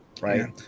Right